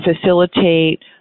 facilitate